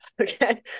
Okay